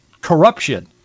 corruption